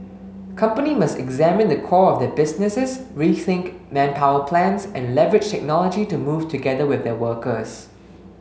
company must examine the core of their businesses rethink manpower plans and leverage technology to move together with their workers